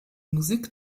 musik